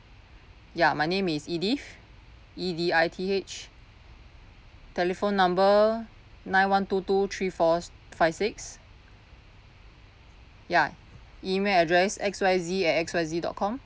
ya my name is edith E D I T H telephone number nine one two two three four five six ya email address X Y Z at X Y Z dot com